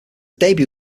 debut